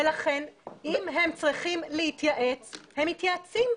ולכן אם הם צריכים להתייעץ הם מתייעצים,